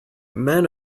man